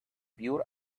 pure